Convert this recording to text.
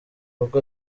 rugo